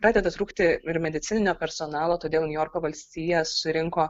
pradeda trūkti ir medicininio personalo todėl niujorko valstija surinko